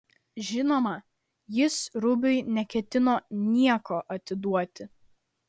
žinoma jis rubiui neketino nieko atiduoti